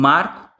Marco